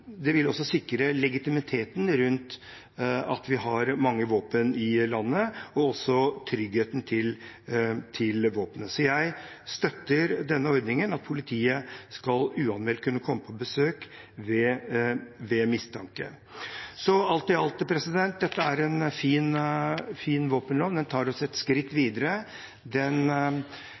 tryggheten ved våpenlagring. Så jeg støtter den ordningen at politiet uanmeldt skal kunne komme på besøk ved mistanke. Så alt i alt: Dette er en fin våpenlov. Den tar oss et skritt videre. Den